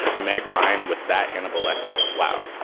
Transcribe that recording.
meg ryan with that hannibal lecter. wow.